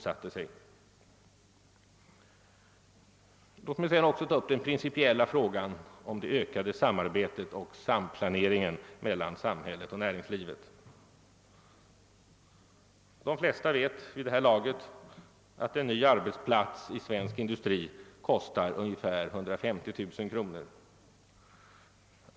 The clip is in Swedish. Sedan vill jag ta upp den principiella frågan om det ökade samarbetet och samplaneringen mellan samhället och näringslivet. De flesta vet vid det här laget att en ny arbetsplats i svensk industri kostar ungefär 150 000 kronor.